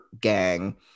gang